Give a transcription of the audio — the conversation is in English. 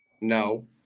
No